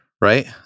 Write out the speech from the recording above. Right